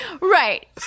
Right